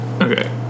Okay